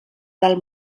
del